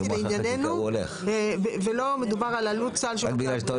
לענייננו ולא מדובר על עלות סל שירותי הבריאות.